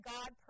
God